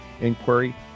inquiry